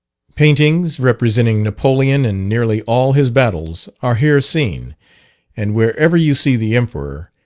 paintings, representing napoleon in nearly all his battles, are here seen and wherever you see the emperor,